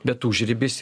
bet užribis